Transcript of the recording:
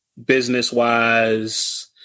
business-wise